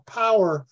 power